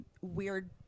weird